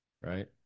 Right